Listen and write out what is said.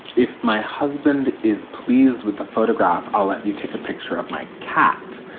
if my husband is pleased with the photograph, i'll let you take a picture of my cat.